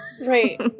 Right